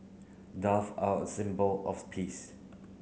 dove are a symbol of peace